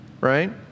Right